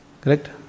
Correct